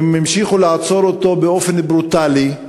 המשיכו לעצור אותו באופן ברוטלי,